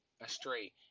astray